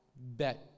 Bet